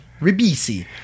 Ribisi